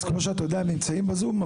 אז כמו שאתה יודע, הם נמצאים בזום.